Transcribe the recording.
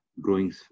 growing